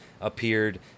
appeared